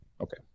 okay